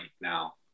now